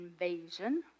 invasion